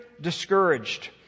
discouraged